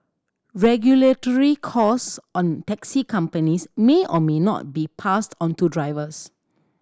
regulatory cost on taxi companies may or may not be passed onto drivers